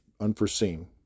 Unforeseen